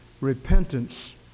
Repentance